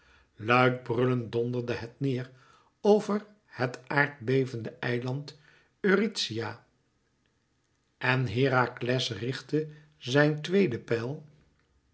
luid brullend donderde het neêr over het aardbevende eiland eurythia en herakles richtte zijn tweede pijl